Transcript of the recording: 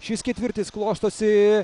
šis ketvirtis klostosi